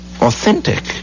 Authentic